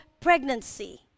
pregnancy